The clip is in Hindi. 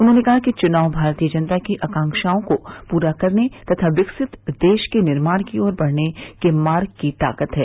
उन्होंने कहा कि चुनाव भारतीय जनता की आकांक्षाओं को पूरा करने तथा विकसित देश के निर्माण की ओर बढ़ने के मार्ग की ताकत है